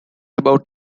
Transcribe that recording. about